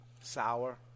Sour